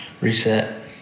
reset